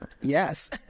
yes